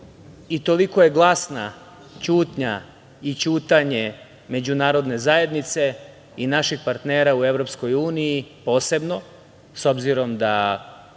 i toliko je glasna ćutnja i ćutanje Međunarodne zajednice i naših partnera u EU, posebno, obzirom da